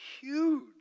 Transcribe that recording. huge